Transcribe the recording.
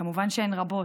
כמובן שהן רבות,